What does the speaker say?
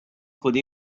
could